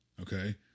Okay